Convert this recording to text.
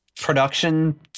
production